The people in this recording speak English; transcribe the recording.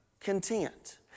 content